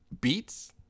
Beats